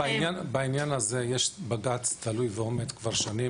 בעניין הזה יש בג"ץ תלוי ועומד כבר שנים,